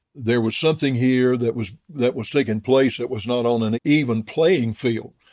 there was something here that was that was taking place that was not on an even playing field.